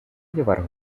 llevar